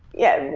yeah.